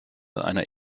einer